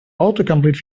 autocomplete